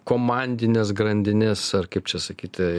komandines grandines ar kaip čia sakyti